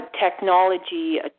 technology